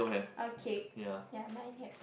okay ya mine have